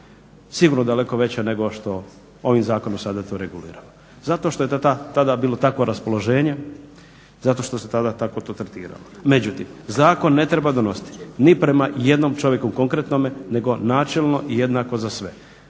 Sigurno daleko veća nego što ovim zakonom sada to reguliramo. Zato što je tada bilo takvo raspoloženje i zato što se tada tako to tretiralo. Međutim, zakon ne treba donositi ni prema jednom čovjeku konkretnome nego načelno i jednako za sve.